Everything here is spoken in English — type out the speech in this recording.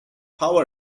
how